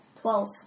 twelve